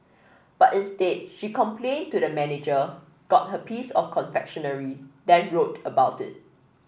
but instead she complained to the manager got her piece of confectionery then wrote about it